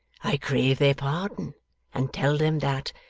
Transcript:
i crave their pardon and tell them that,